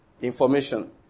information